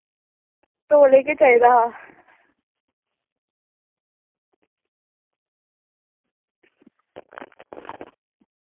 तौले गै चाहिदा हा